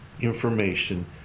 information